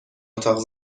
اتاق